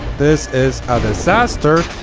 this is a disaster!